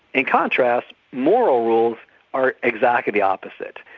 in contrast, moral rules are exactly the opposite.